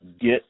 get